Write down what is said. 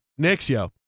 Nixio